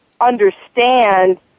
understand